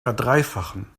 verdreifachen